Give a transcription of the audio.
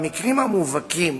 במקרים המובהקים